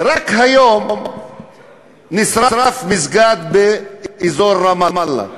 רק היום נשרף מסגד באזור רמאללה,